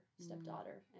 stepdaughter